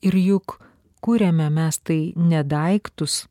ir juk kuriame mes tai ne daiktus